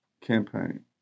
campaign